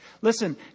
Listen